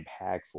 impactful